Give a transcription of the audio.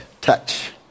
touch